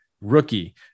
rookie